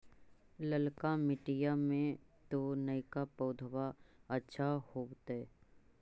ललका मिटीया मे तो नयका पौधबा अच्छा होबत?